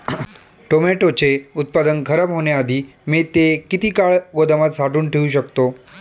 टोमॅटोचे उत्पादन खराब होण्याआधी मी ते किती काळ गोदामात साठवून ठेऊ शकतो?